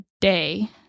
day